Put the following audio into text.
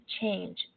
change